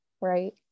right